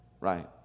right